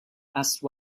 asked